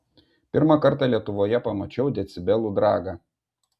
pirmą kartą lietuvoje pamačiau decibelų dragą